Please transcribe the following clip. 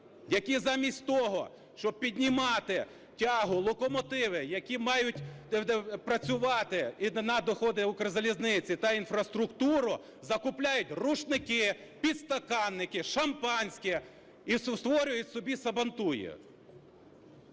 які замість того, щоб піднімати тягу локомотивів, які мають працювати на доходи "Укрзалізниці" та інфраструктуру, закупляють рушники, підстаканники, шампанське і створюють собі сабантуї!